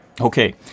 Okay